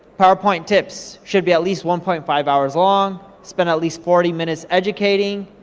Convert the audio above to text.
powerpoint tips, should be at least one point five hours long, spend at least forty minutes educating,